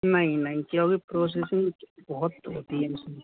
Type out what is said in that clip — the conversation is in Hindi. नहीं नहीं क्योंकि प्रोसेसिंग बहुत होती है इसमें